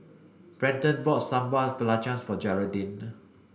Brenton bought Sambal Belacan for Geraldine